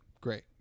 Great